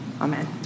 Amen